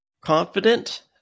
confident